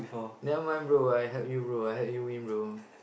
never mind bro I help you bro I help you win bro